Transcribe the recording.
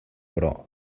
però